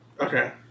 Okay